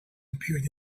appeared